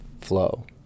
flow